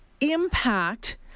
impact